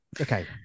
okay